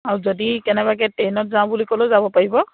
আৰু যদি কেনেবাকৈ ট্ৰেইনত যাওঁ বুলি ক'লেও যাব পাৰিব